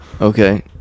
Okay